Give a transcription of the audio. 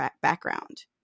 background